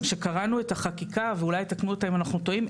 כשקראנו את החקיקה ואולי יתקנו אותנו אם אנחנו טועים.